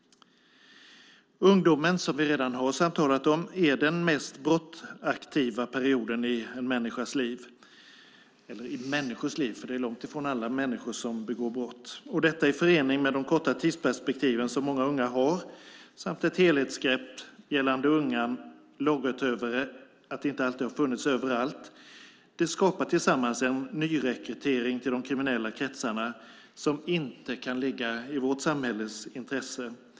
Ungdomen är, som vi redan har talat om, den mest brottsaktiva perioden i människors liv. Långt ifrån alla människor begår dock brott. Men i förening med det korta tidsperspektiv som många unga har och att ett helhetsgrepp gällande unga lagöverträdare inte alltid funnits överallt skapas en nyrekrytering till kriminella kretsar som inte kan ligga i vårt samhälles intresse.